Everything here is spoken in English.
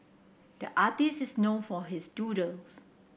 the artist is known for his doodles